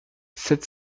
sept